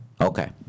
Okay